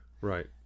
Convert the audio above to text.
Right